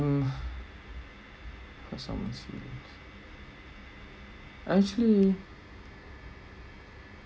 um hurt someone's feelings actually